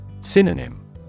Synonym